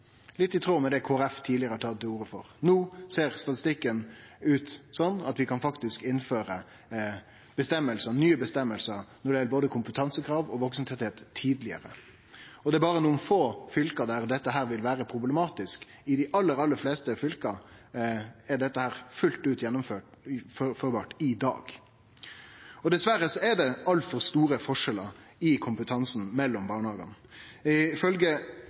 litt i tråd med det Kristeleg Folkeparti tidlegare har tatt til orde for. No ser statistikken ut slik at vi faktisk kan innføre nye reglar tidlegare – både når det gjeld kompetansekrav og vaksentettheit. Det er berre nokre få fylke der dette vil vere problematisk. I dei aller fleste fylka er det fullt ut gjennomførbart i dag. Dessverre er det altfor store forskjellar i kompetansen mellom barnehagane.